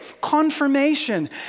confirmation